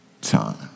time